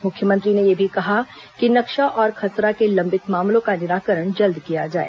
मुख्यमंत्री ने यह भी कहा कि नक्शा और खसरा के लंबित मामलों का निराकरण जल्द किया जाए